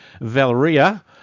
Valeria